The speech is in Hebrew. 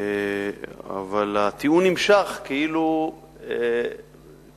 אבל הטיעון נמשך כאילו כלום.